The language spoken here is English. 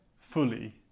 fully